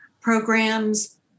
programs